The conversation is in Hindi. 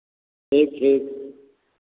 ठीक ठीक